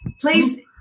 Please